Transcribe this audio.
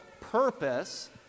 purpose